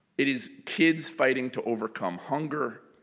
it is kids fighting to overcome hunger,